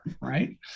right